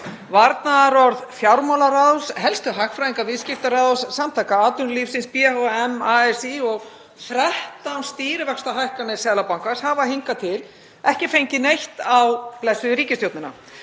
Varnaðarorð fjármálaráðs, helstu hagfræðinga Viðskiptaráðs, Samtaka atvinnulífsins, BHM, ASÍ og 13 stýrivaxtahækkanir Seðlabankans hafa hingað til ekki fengið neitt á blessaða ríkisstjórnina.